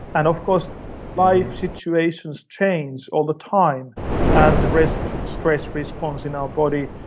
and of course life situations change all the time and the risk, stress response in our body,